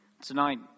tonight